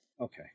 Okay